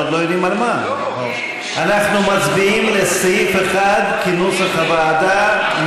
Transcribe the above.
על סעיף 1, כנוסח הוועדה.